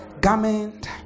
garment